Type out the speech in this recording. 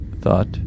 thought